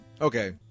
Okay